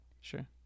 sure